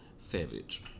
Savage